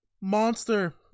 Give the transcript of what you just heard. monster